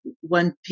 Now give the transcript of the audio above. one